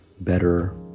better